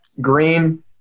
Green